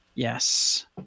Yes